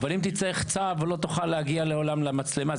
אבל אם תצטרך צו, לא תוכל להגיע לעולם למצלמה.